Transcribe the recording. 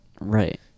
right